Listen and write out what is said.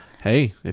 Hey